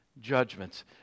judgments